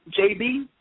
JB